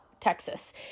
Texas